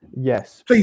Yes